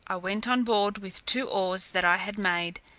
i went on board with two oars that i had made,